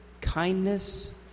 kindness